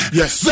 yes